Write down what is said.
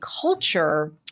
culture